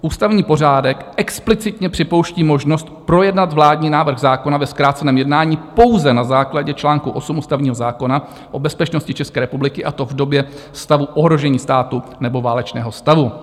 Ústavní pořádek explicitně připouští možnost projednat vládní návrh zákona ve zkráceném jednání pouze na základě článku 8 ústavního zákona o bezpečnosti České republiky, a to v době stavu ohrožení státu nebo válečného stavu.